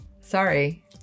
sorry